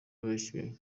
bahishiwe